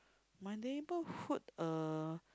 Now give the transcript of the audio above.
my neighbourhood uh